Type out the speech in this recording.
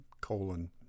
colon